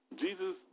Jesus